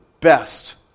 best